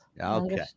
Okay